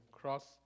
cross